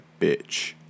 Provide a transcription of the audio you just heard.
bitch